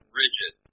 rigid